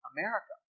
America